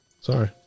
Sorry